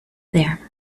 there